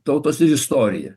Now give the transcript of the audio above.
tautos ir istoriją